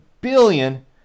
billion